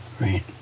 right